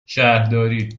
شهرداری